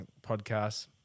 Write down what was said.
podcasts